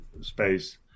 space